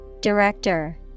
Director